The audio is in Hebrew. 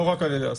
לא רק על-ידו.